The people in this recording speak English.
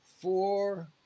four